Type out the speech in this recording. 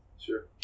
Sure